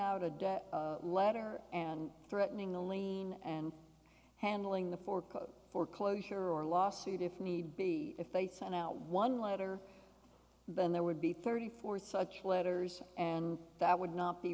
out a letter and threatening the lean and handling the fork foreclosure or lawsuit if need be if they send out one letter then there would be thirty four such letters and that would not be